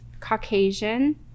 Caucasian